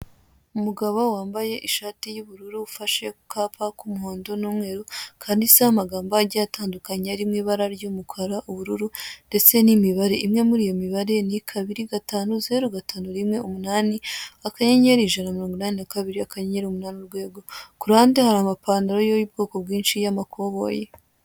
Umugabo wambaye ishati y'ubururu ufashe akapa k'umuhondo n'umweru kanditseho amagambo agiye atandukanye airmo ibara ry'umukara, ubururu ndetse n'imibare imwe muri iyo mibare ni: kabiri gatanu zero gatanu rimwe umunani akanyenyeri ijana na mirongo inani na kabiri akanyenyeri umunani urwego kuruhande hari amapantalo y'ubwoko bwinshi y'amakoboyi.